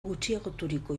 gutxiagoturiko